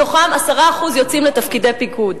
מתוכם 10% יוצאים לתפקידי פיקוד.